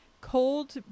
cold